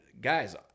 guys